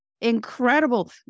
incredible